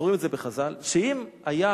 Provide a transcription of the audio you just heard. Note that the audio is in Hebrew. שאם היה